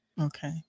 Okay